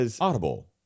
Audible